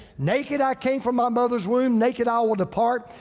naked i came from my mother's womb, naked i will depart.